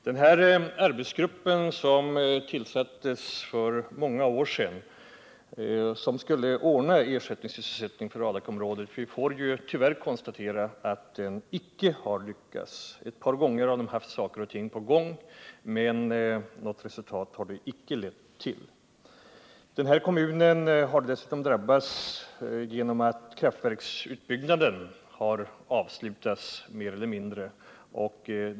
Den arbetsgrupp som tillsattes för många år sedan och som skulle ordna ersättningssysselsättning för Adakområdet har icke lyckats — det får vi tyvärr konstatera. Ett par gånger har gruppen haft saker och ting på gång, men något resultat har det icke lett till. Kommunen har dessutom drabbats av svårigheter genom att kraftverksutbyggnaden är mer eller mindre avslutad.